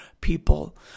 people